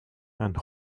and